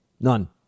None